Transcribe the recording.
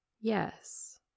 Yes